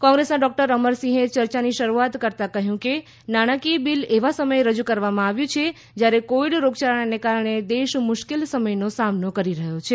કોંગ્રેસના ડોક્ટર અમર સિંહે ચર્યાની શરૂઆત કરતાં કહ્યું કે નાણાકીય બિલ એવા સમયે રજૂ કરવામાં આવ્યું છે જ્યારે કોવિડ રોગયાળાને કારણે દેશ મુશ્કેલ સમયનો સામનો કરી રહ્યો છે